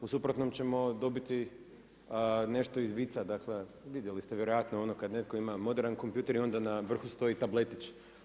U suprotnom ćemo dobiti nešto iz vica, dakle vidjeli ste vjerojatno ono kada netko ima moderan kompjuter i onda na vrhu stoji tabletić.